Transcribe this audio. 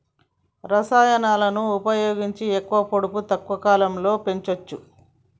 రసాయనాలను ఉపయోగించి ఎక్కువ పొడవు తక్కువ కాలంలో పెంచవచ్చా?